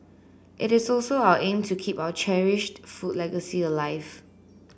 it is also our aim to keep our cherished food legacy alive